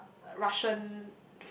uh Russian